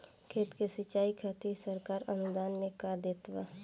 खेत के सिचाई खातिर सरकार अनुदान में का देत बा?